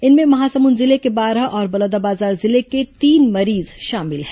इनमें महासमुंद जिले के बारह और बलौदाबाजार जिले के तीन मरीज शामिल हैं